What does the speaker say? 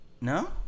no